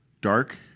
Dark